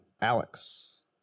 Alex